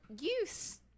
Use